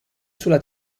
sulla